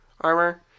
armor